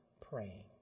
praying